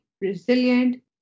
resilient